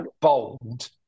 bold